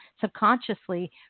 subconsciously